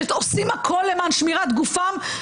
שעושים הכול למען שמירת גופם,